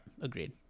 agreed